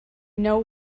know